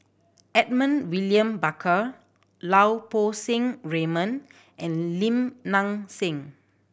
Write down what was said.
Edmund William Barker Lau Poo Seng Raymond and Lim Nang Seng